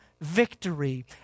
victory